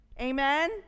Amen